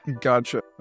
gotcha